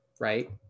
right